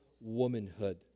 Womanhood